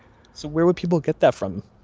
so where would people get that from?